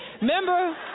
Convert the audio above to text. Remember